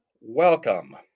welcome